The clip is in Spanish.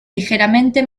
ligeramente